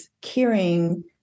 caring